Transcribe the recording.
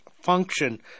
function